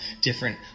different